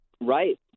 Right